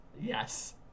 Yes